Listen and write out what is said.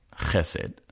chesed